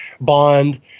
bond